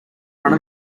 front